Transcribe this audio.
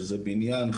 שזה בניין,